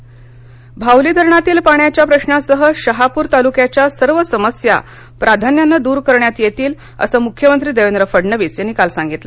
सामहिक विवाह भावली धरणातील पाण्याच्या प्रशासह शहापूर तालुक्याच्या सर्व समस्या प्राधान्याने दूर करण्यात येतील असं मुख्यमंत्री देवेंद्र फडणवीस यांनी काल सांगितलं